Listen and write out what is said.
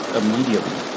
immediately